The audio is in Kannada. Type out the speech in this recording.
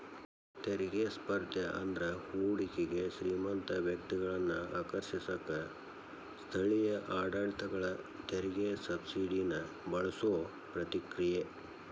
ತೆರಿಗೆ ಸ್ಪರ್ಧೆ ಅಂದ್ರ ಹೂಡಿಕೆಗೆ ಶ್ರೇಮಂತ ವ್ಯಕ್ತಿಗಳನ್ನ ಆಕರ್ಷಿಸಕ ಸ್ಥಳೇಯ ಆಡಳಿತಗಳ ತೆರಿಗೆ ಸಬ್ಸಿಡಿನ ಬಳಸೋ ಪ್ರತಿಕ್ರಿಯೆ